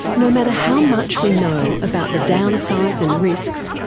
no matter how much we know about the downsides and risks,